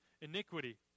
iniquity